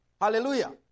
Hallelujah